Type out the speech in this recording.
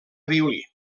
violí